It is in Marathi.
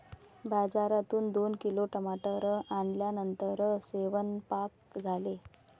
बाजारातून दोन किलो टमाटर आणल्यानंतर सेवन्पाक झाले